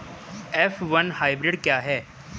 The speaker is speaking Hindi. एफ वन हाइब्रिड क्या है?